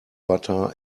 butter